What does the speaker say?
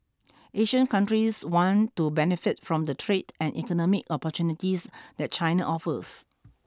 Asian countries want to benefit from the trade and economic opportunities that China offers